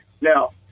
Now